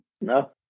No